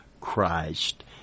Christ